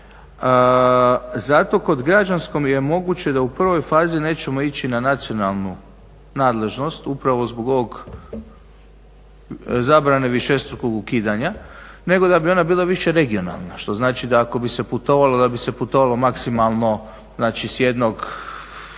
Zato kod građanskog je moguće da u prvoj fazi nećemo ići na nacionalnu nadležnost upravo zbog ovog, zabrane višestrukog ukidanja nego da bi ona bila više regionalna što znači da ako bi se putovalo da bi se putovalo maksimalno znači s jednog